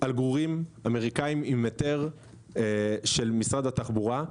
על גרורים אמריקאיים עם היתר של משרד התחבורה,